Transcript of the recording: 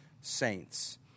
saints